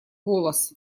голос